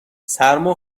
سرما